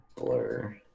blur